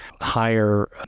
higher